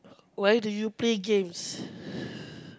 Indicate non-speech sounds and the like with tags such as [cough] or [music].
why do you play games [breath]